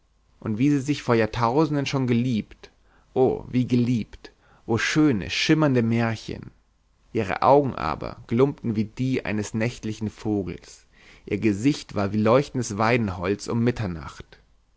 und wie sie sich vor jahrtausenden schon geliebt o wie geliebt o schöne schimmernde märchen ihre augen aber glummten wie die eines nächtlichen vogels ihr gesicht war wie leuchtendes weidenholz um mitternacht